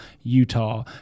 Utah